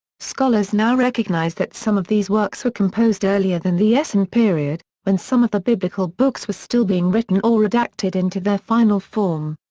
scholars now recognize that some of these works were composed earlier than the essene period, when some of the biblical books were still being written or redacted into their final form.